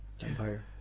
Empire